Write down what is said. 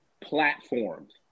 platforms